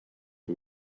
who